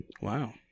Wow